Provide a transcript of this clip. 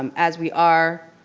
um as we are